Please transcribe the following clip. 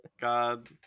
God